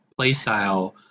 playstyle